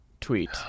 tweet